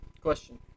question